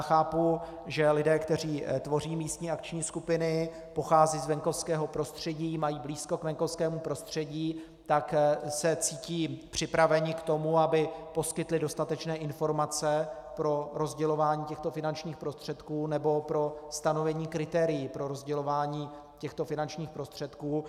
Chápu, že lidé, kteří tvoří místní akční skupiny, pocházejí z venkovského prostředí, mají blízko k venkovskému prostředí, se cítí připraveni k tomu, aby poskytli dostatečné informace pro rozdělování těchto finančních prostředků nebo pro stanovení kritérií pro rozdělování těchto finančních prostředků.